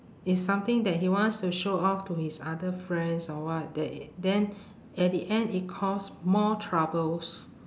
is something that he wants to show off to his other friends or what that i~ then at the end it cause more troubles